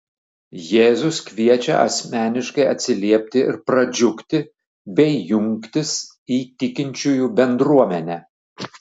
jėzus kviečia asmeniškai atsiliepti ir pradžiugti bei jungtis į tikinčiųjų bendruomenę